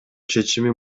чечими